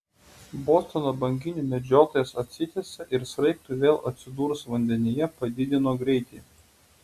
bostono banginių medžiotojas atsitiesė ir sraigtui vėl atsidūrus vandenyje padidino greitį